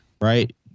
Right